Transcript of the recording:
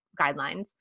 guidelines